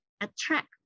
attract